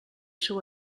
seu